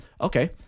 okay